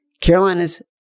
Carolinas